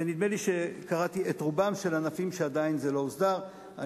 ונדמה לי שקראתי את רובם של הענפים שעדיין זה לא הוסדר בהם.